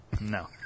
No